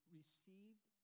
received